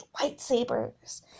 lightsabers